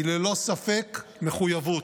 היא ללא ספק מחויבות.